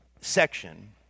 section